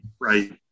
right